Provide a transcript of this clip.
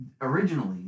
originally